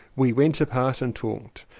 we went apart and talked,